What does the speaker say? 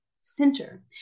center